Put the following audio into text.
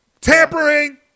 Tampering